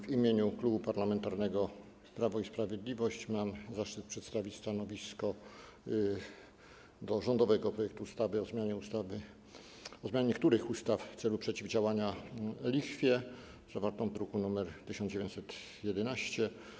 W imieniu Klubu Parlamentarnego Prawo i Sprawiedliwość mam zaszczyt przedstawić stanowisko wobec rządowego projektu ustawy o zmianie niektórych ustaw w celu przeciwdziałania lichwie, zawartego w druku nr 1911.